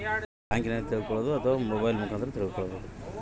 Bank ಖಾತೆಯಲ್ಲಿರುವ ಉಳಿತಾಯ ಹಣವು ಎಷ್ಟುಇದೆ ಅಂತ ಹೇಗೆ ನೋಡಬೇಕು?